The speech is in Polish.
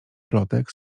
plotek